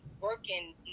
working